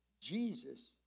Jesus